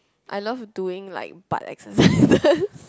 I love doing like butt exercises